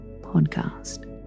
podcast